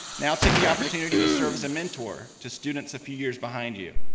now take the opportunity to serve as a mentor to students a few years behind you.